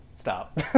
Stop